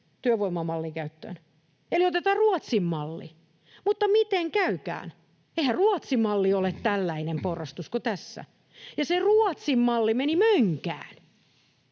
työvoimamalli käyttöön eli otetaan Ruotsin malli. Mutta miten käykään? Eihän Ruotsin mallissa ole tällainen porrastus kuin tässä. Ja se Ruotsin malli meni mönkään.